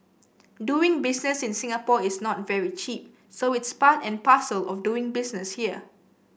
doing business in Singapore is not very cheap so it's part and parcel of doing business here